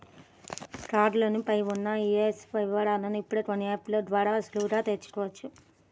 కారులోను పై ఉన్న ఈఎంఐల వివరాలను ఇప్పుడు కొన్ని యాప్ ల ద్వారా సులువుగా తెల్సుకోవచ్చు